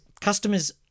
customers